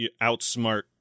outsmart